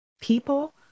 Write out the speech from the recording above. people